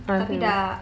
ah the